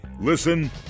Listen